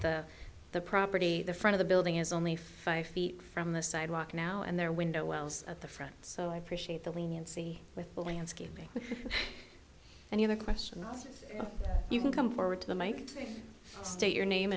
note the property the front of the building is only five feet from the sidewalk now and they're window wells at the front so i appreciate the leniency with the landscaping and the other question you can come forward to make to state your name